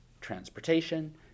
transportation